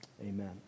Amen